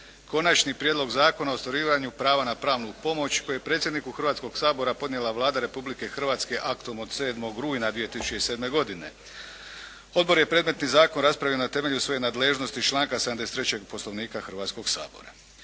Konačni prijedlog Zakona o ostvarivanju prava na pravnu pomoć kolji je predsjedniku Hrvatskog sabora podnijela Vlada Republike Hrvatske aktom od 7. rujna 2007. godine. Odbor je predmetni Zakon raspravio na temelju svoje nadležnosti iz članka 73. Poslovnika Hrvatskog sabora.